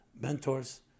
mentors